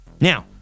Now